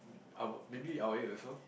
I would maybe I will eight also